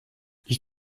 ich